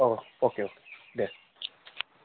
औ अके दे